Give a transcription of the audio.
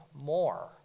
more